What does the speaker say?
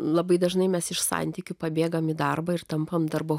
labai dažnai mes iš santykių pabėgame į darbą ir tampame darbo